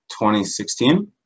2016